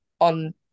on